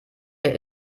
der